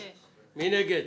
רגע,